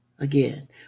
Again